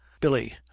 billy